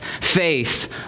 faith